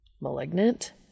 Malignant